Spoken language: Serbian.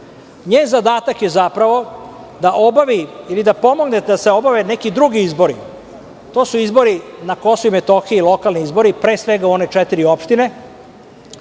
Njen zadatak je zapravo da obavi ili da pomogne da se obave neki drugi izbori. To su izbori na Kosovu i Metohiji, lokalni izbori, pre svega u one četiri opštine